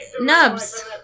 nubs